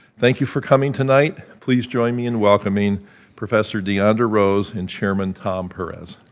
thank you for coming tonight, please join me in welcoming professor deondra rose and chairman tom perez.